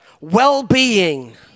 well-being